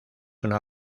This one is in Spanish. una